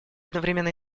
одновременно